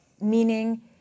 meaning